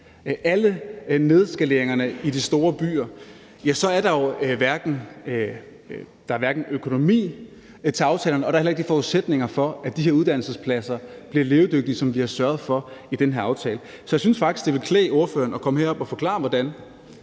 alle nedskaleringerne i de store byer, så er der jo ikke økonomi til aftalerne, og der er heller ikke forudsætninger for, at de her uddannelsespladser bliver levedygtige, hvad vi har sørget for i den her aftale. Så jeg synes faktisk, det ville klæde ordføreren at komme herop og forklare, hvordan